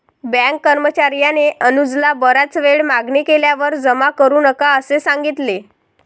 bank कर्मचार्याने अनुजला बराच वेळ मागणी केल्यावर जमा करू नका असे सांगितले